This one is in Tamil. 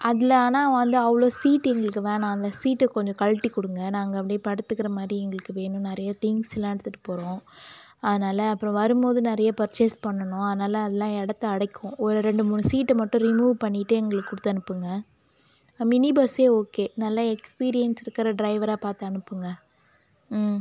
அதில் ஆனால் வந்து அவ்வளோ சீட் எங்களுக்கு வேணால் அந்த சீட்டை கொஞ்சம் கழட்டி கொடுங்க நாங்கள் அப்டி படுத்துக்கிற மாதிரி எங்களுக்கு வேணும் நிறைய திங்க்ஸெலாம் எடுத்துட்டு போகிறோம் அதனால் அப்றம் வரும்போது நிறைய பர்ச்சேஸ் பண்ணணும் அதனால் அதலாம் இடத்த அடைக்கும் ஒரு ரெண்டு மூணு சீட்டை மட்டும் ரிமூவ் பண்ணிட்டு எங்களுக்குக் கொடுத்து அனுப்புங்கள் மினி பஸ்ஸே ஓகே நல்ல எக்ஸ்பீரியன்ஸ் இருக்கிற ட்ரைவராக பார்த்து அனுப்புங்கள்